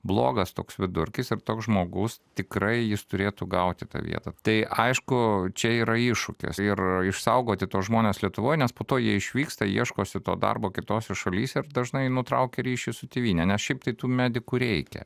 blogas toks vidurkis ir toks žmogus tikrai jis turėtų gauti tą vietą tai aišku čia yra iššūkis ir išsaugoti tuos žmones lietuvoj nes po to jie išvyksta ieškosi to darbo kitose šalyse ir dažnai nutraukia ryšį su tėvyne nes šiaip tai tų medikų reikia